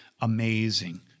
amazing